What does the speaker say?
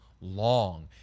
long